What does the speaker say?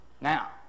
Now